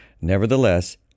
Nevertheless